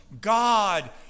God